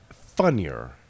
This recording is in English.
Funnier